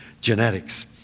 genetics